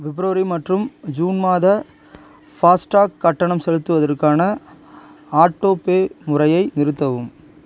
பிப்ரவரி மற்றும் ஜூன் மாத FASTag கட்டணம் செலுத்துவதற்கான ஆட்டோ பே முறையை நிறுத்தவும்